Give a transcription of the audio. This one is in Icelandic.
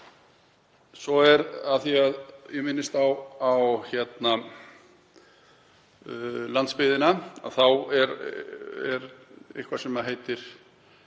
hröð. Af því að ég minnist á landsbyggðina þá er eitthvað sem heitir